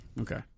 Okay